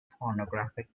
pornographic